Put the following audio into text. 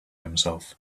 himself